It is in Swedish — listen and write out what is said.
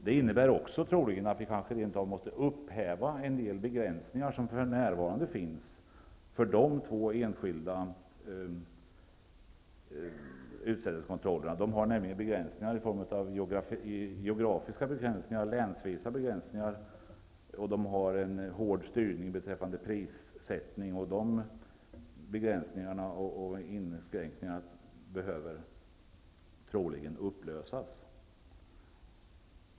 Det innebär troligen också att vi måste upphäva en del begränsningar som för närvarande finns för dessa två enskilda utsädeskontroller. De har nämligen begränsningar i form av geografiska begränsningar, länsvisa begränsningar och de har en hård styrning beträffande prissättning. Dessa begränsningar och inskränkningar behöver troligen upplösas.